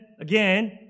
again